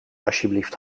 alsjeblieft